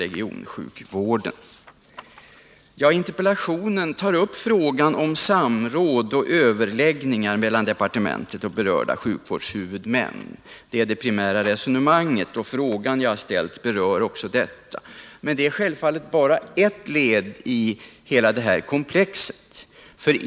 Nr 119 I interpellationssvaret tas frågan upp om samråd och överläggningar mellan socialdepartementet och berörda sjukvårdshuvudmän. Det är det primära resonemanget. Den fråga jag ställt berör också detta. Men det är självfallet bara ett led i hela det här komplexet.